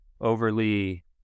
overly